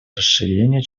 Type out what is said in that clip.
расширения